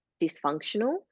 dysfunctional